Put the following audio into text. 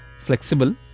flexible